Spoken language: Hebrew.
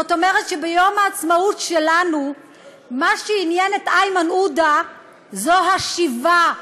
זאת אומרת שביום העצמאות שלנו מה שעניין את איימן עודה זה השיבה,